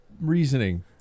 reasoning